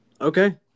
Okay